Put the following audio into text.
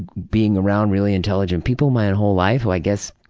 being around really intelligent people my whole life, who i guess